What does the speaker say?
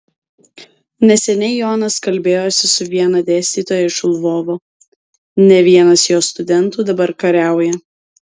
neseniai jonas kalbėjosi su viena dėstytoja iš lvovo ne vienas jos studentų dabar kariauja